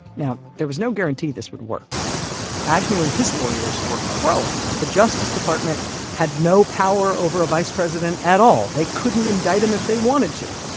now, there was no guarantee this would work agnew and his lawyers were crowing that the justice department had no power over a vice president at all, they couldn't indict him if they wanted to.